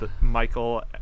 michael